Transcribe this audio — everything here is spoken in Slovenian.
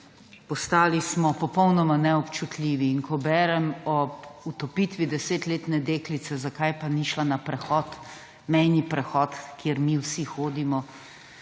postali smo popolnoma neobčutljivi. Ko berem ob utopitvi desetletne deklice, zakaj pa ni šla na mejnih prehod, kjer mi vsi hodimo,